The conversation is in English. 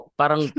parang